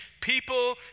people